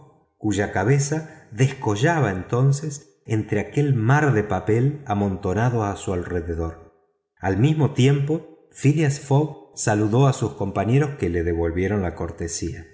cuya cabeza descollaba entonces entre aquel mar de papel amontonado a su alrededor al mismo tiempo phileas fogg saludó a sus compañeros que le devolvieron la cortesía